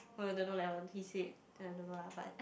oh don't know leh Wan-Qi said I don't know lah but